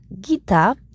Gita